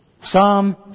Psalm